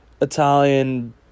Italian